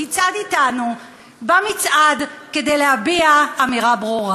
תצעד אתנו במצעד כדי להביע אמירה ברורה?